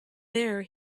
there